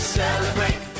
celebrate